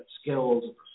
skills